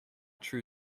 true